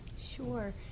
Sure